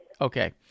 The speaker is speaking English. Okay